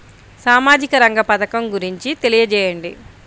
సామాజిక రంగ పథకం గురించి తెలియచేయండి?